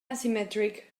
asymmetric